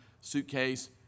suitcase